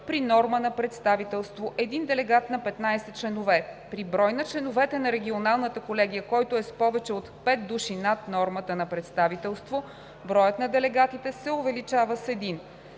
при норма на представителство един делегат на 15 членове. При брой на членовете на регионалната колегия, който е с повече от 5 души над нормата на представителство, броят на делегатите се увеличава с